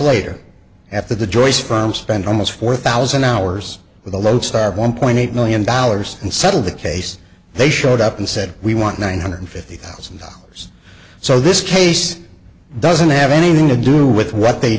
later after the joyce from spent almost four thousand hours with a lodestar of one point eight million dollars and settle the case they showed up and said we want one hundred fifty thousand dollars so this case doesn't have anything to do with what they